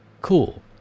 cool